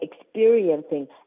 experiencing